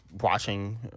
watching